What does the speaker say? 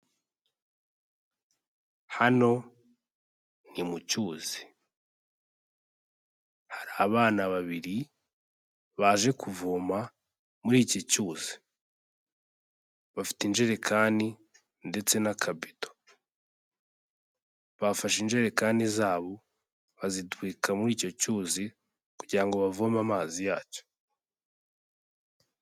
Hano ni mu cyuzi. Hari abana babiri baje kuvoma muri iki cyuzi. Bafite injerekani ndetse n'akabido. Bafashe injerekani zabo bazidubika muri icyo cyuzi, kugira ngo bavome amazi yacyo.